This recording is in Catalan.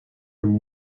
amb